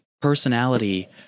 personality